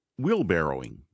Wheelbarrowing